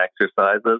exercises